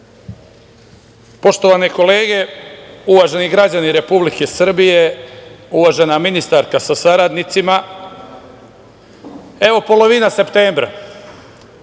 Poštovane kolege, uvaženi građani Republike Srbije, uvažena ministarka sa saradnicima, evo polovina septembra.